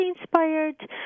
inspired